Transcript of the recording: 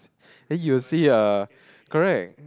then you will see uh correct